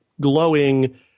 glowing